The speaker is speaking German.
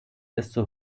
desto